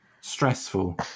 Stressful